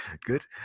Good